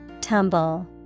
Tumble